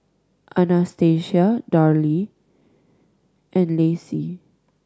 Anastasia Daryle and Lacy